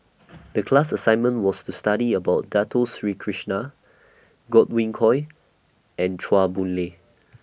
The class assignment was to study about Dato Sri Krishna Godwin Koay and Chua Boon Lay